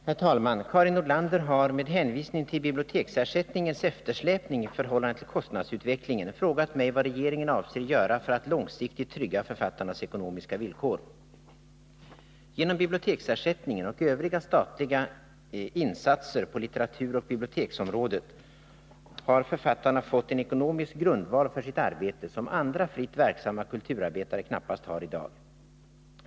Herr talman! Karin Nordlander har — med hänvisning till biblioteksersättningens eftersläpning i förhållande till kostnadsutvecklingen — frågat mig vad regeringen avser göra för att långsiktigt trygga författarnas ekonomiska villkor. Genom biblioteksersättningen och övriga statliga instanser på litteraturoch biblioteksområdet har författarna fått en ekonomisk grundval för sitt arbete som andra fritt verksamma kulturarbetare knappast har i dag.